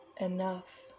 enough